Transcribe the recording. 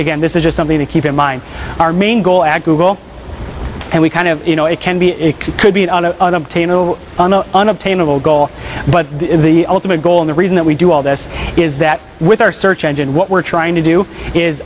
again this is just something to keep in mind our main goal at google and we kind of you know it can be it could be an unobtainable unobtainable goal but the ultimate goal and the reason that we do all this is that with our search engine what we're trying to do is